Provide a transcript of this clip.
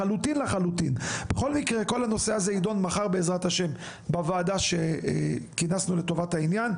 בכל מקרה כל הנושא הזה ידון מחר בוועדה שכינסנו לטובת העניין,